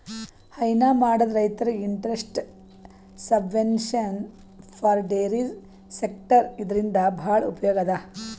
ಹೈನಾ ಮಾಡದ್ ರೈತರಿಗ್ interest subvention for dairy sector ಇದರಿಂದ್ ಭಾಳ್ ಉಪಯೋಗ್ ಅದಾ